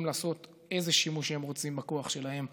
לעשות איזה שימוש שהם רוצים בכוח שלהם.